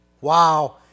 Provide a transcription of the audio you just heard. Wow